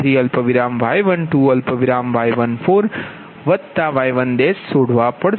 તેથી તમારે Y13Y12 Y14Y10શોધવા પડશે